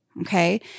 Okay